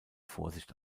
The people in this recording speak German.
vorsicht